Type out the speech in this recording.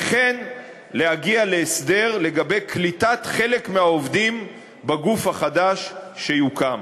וכן להגיע להסדר לגבי קליטת חלק מהעובדים בגוף החדש שיוקם.